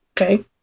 Okay